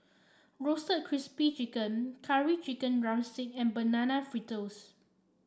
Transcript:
Roasted Crispy chicken Curry Chicken drumstick and Banana Fritters